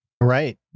Right